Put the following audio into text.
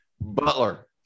butler